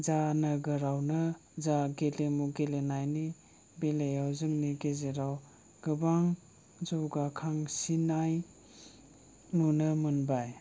जा नोगोरावनो जा गेलेमु गेलेनायनि बेलायाव जोंनि गेजेराव गोबां जौगाखांसिनाय नुनो मोनबाय